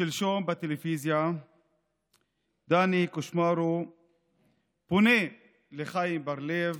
שלשום בטלוויזיה דני קושמרו פונה לחיים בר לב,